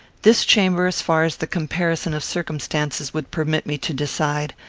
this chamber, as far as the comparison of circumstances would permit me to decide,